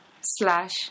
slash